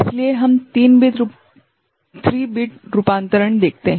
इसलिए हम 3 बिट रूपांतरणदेखते हैं